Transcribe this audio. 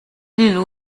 例如